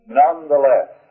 nonetheless